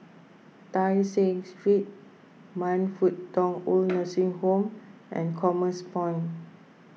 Tai Seng Street Man Fut Tong Old Nursing Home and Commerce Point